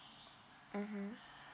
mmhmm